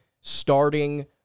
starting